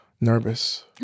Nervous